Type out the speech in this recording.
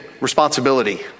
responsibility